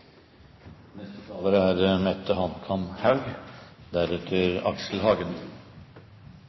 Neste taler er Thomas Breen, deretter